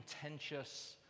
contentious